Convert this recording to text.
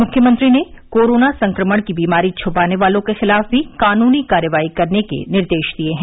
मुख्यमंत्री ने कोरोना संक्रमण की बीमारी छ्पाने वालों के खिलाफ भी कानूनी कार्रवाई के निर्देश दिए हैं